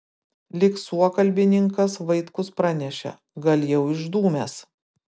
lyg suokalbininkas vaitkus pranešė gal jau išdūmęs